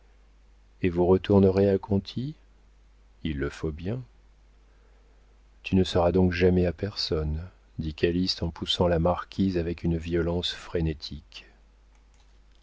et vous retournerez à conti il le faut bien tu ne seras donc jamais à personne dit calyste en poussant la marquise avec une violence frénétique